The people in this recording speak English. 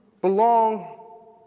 belong